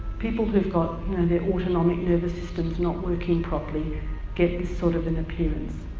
people who've got their autonomic nervous systems not working properly get this sort of an appearance.